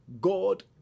God